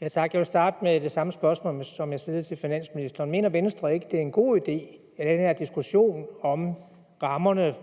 Venstre det samme spørgsmål, som jeg også stillede finansministeren, nemlig om Venstre ikke mener, at det er en god idé, når det gælder den her diskussion om rammerne for